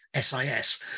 SIS